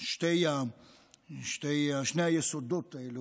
שני היסודות האלה,